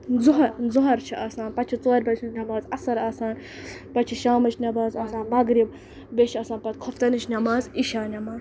ظُہر ظُہر چھِ آسان پَتہٕ چھِ ژورِ بَجہِ ہِنٛز نٮ۪ماز عصر آسان پَتہٕ چھِ شامٕچ نٮ۪ماز آسان مغرب بیٚیہِ چھِ آسان پَتہٕ خۄفتَنٕچ نٮ۪ماز عشاء نٮ۪ماز